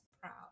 proud